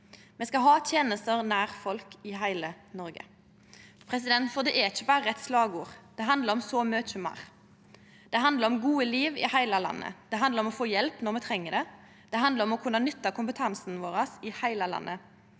Me skal ha tenester nær folk i heile Noreg. Det er ikkje berre eit slagord, det handlar om så mykje meir. Det handlar om gode liv i heile landet. Det handlar om å få hjelp når me treng det. Det handlar om å kunne nytte kompetansen vår i heile landet